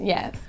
Yes